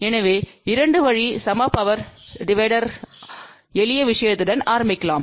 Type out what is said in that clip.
எனவே 2 வழி சம பவர் டிவைடர்பான எளிய விஷயத்துடன் ஆரம்பிக்கலாம்